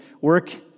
work